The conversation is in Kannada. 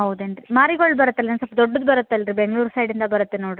ನೀವು ಹೇಳಿರಿ ಅದು ಮನೆಗೆ ಬಂದು ನೋಡ್ಕೊಂಡು ಬಂದು ಆಮೇಲೆ ಇದು ಮಾಡೋಕೆ ಬರುತ್ತೆ